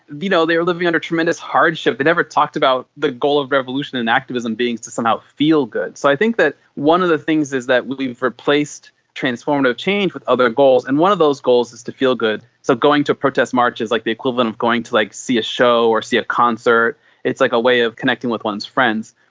you know they were living under tremendous hardship, they never talked about the goal of revolution and activism being to somehow feel good. so i think that one of the things is that we've replaced transformative change with other goals, and one of those goals is to feel good. so going to a protest march is like the equivalent of going to like see a show or see concert, it's like a way of connecting with one's friends.